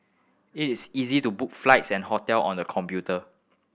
it is easy to book flights and hotel on the computer